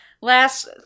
Last